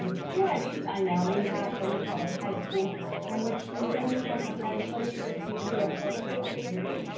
um here at eastside now we have early college high school in which students can potentially receive the associates degree,